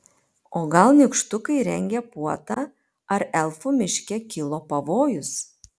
o gal nykštukai rengia puotą ar elfų miške kilo pavojus